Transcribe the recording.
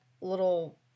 little